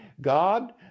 God